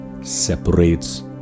separates